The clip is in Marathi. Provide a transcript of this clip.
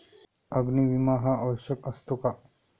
अग्नी विमा हा आवश्यक असतो का?